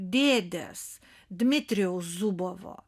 dėdės dmitrijaus zubovo